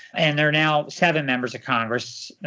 and there are now seven members of congress,